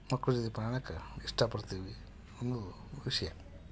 ಮಕ್ಕಳು ಜೊತೆ ಪ್ರಯಾಣಕ್ಕೆ ಇಷ್ಟ ಪಡ್ತೀವಿ ಅನ್ನೋದು ವಿಷಯ